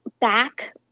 back